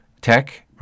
tech